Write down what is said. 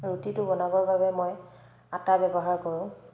ৰুটিটো বনাবৰ বাবে মই আটা ব্যৱহাৰ কৰোঁ